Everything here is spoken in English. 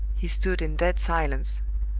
he stood in dead silence,